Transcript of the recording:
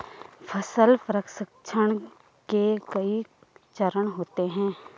फसल प्रसंसकरण के कई चरण होते हैं